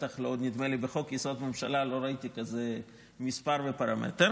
נדמה לי שבחוק-יסוד: הממשלה לא ראיתי כזה מספר ופרמטר.